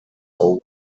over